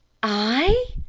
i?